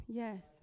yes